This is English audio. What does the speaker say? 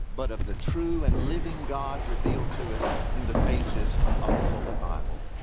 but of the true and living god revealed to us in the pages of the holy bible.